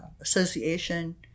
association